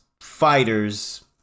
fighters